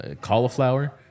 cauliflower